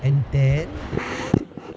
and then